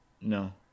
No